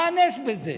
מה הנס בזה?